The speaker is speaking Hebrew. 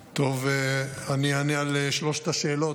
טוב, אני אענה על שלוש השאלות.